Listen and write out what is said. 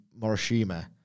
Morishima